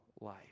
life